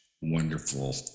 wonderful